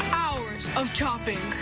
hours of chopping.